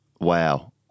Wow